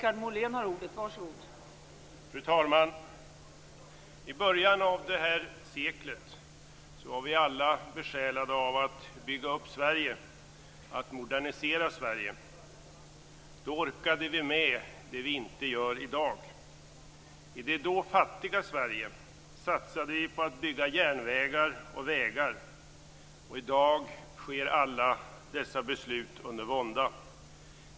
Fru talman! I början av det här seklet var vi alla besjälade av att bygga upp Sverige och att modernisera Sverige. Då orkade vi med det vi inte gör i dag. I det då fattiga Sverige satsade vi på att bygga järnvägar och vägar. I dag sker alla dessa beslut under vånda.